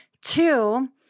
Two